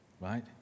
right